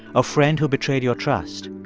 a friend who betrayed your trust,